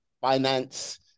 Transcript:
finance